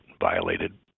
violated